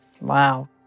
Wow